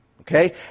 okay